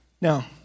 Now